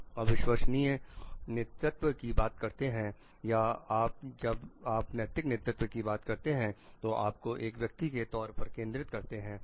अब आप विश्वसनीय नेतृत्व की बात करते हैं या जब आप नैतिक नेतृत्व की बात करते हैं जो आपको एक व्यक्ति के तौर पर केंद्रित करते हैं